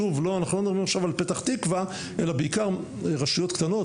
שוב אנחנו לא מדברים עכשיו על פתח תקווה אלא בעיקר על רשויות קטנות,